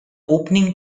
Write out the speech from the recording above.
opening